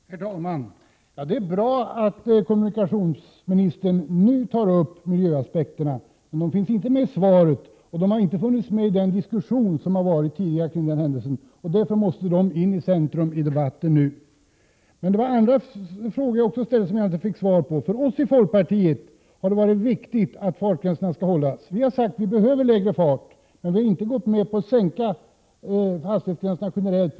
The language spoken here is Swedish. Herr talman! Det är bra att kommunikationsministern nu tar upp 20 maj 1988 miljöaspekterna. De fanns inte med i svaret och de har inte funnits medi den diskussion som har förts tidigare omkring denna händelse. Därför måste de in i centrum av debatten nu. Men jag ställde också andra frågor som jag inte fick svar på. För oss i folkpartiet har det varit viktigt att fartgränserna skall hållas. Vi har sagt att lägre fart behövs, men vi har inte gått med på att sänka hastighetsgränserna generellt.